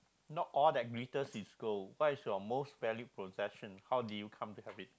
not all that glitters is gold what is your most valued possession how did you come to have it